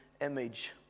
image